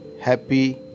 happy